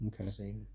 Okay